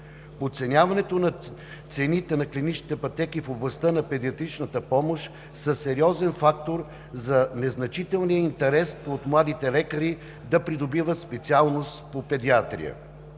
Оценяването на цените на клиничните пътеки в областта на педиатричната помощ са сериозен фактор за незначителния интерес от младите лекари да придобиват специалност по педиатрия.